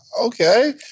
okay